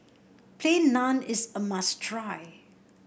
Plain Naan is a must try